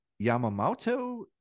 Yamamoto